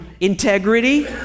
integrity